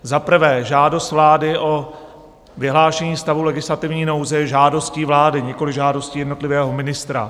Za prvé, žádost vlády o vyhlášení stavu legislativní nouze je žádostí vlády, nikoliv žádostí jednotlivého ministra.